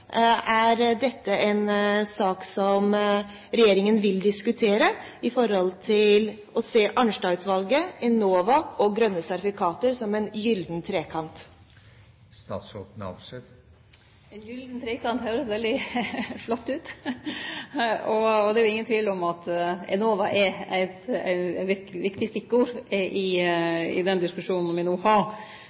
Er dette en sak som regjeringen vil diskutere med tanke på å se Arnstad-utvalget, Enova og grønne sertifikater som en gyllen trekant? «En gyllen trekant» høyrest veldig flott ut. Det er ingen tvil om at Enova er eit viktig stikkord i den diskusjonen me no har.